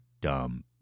dumb